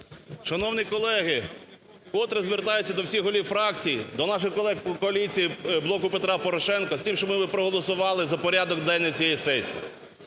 Шановні колеги, вкотре звертаюся до всіх голів фракцій, до наших колег по коаліції, "Блоку Петра Порошенка" з тим, щоб ми проголосували за порядок денний цієї сесії.